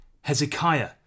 Hezekiah